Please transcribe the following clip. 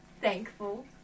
thankful